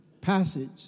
passage